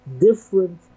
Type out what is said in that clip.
different